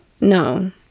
No